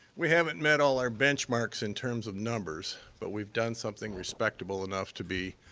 we haven't met all our benchmarks in terms of numbers, but we've done something respectable enough to be